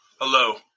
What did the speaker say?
hello